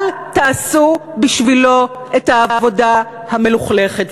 אל תעשו בשבילו את העבודה המלוכלכת,